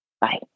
Bye